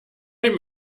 dem